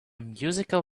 musical